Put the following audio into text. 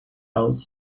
out